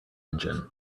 engine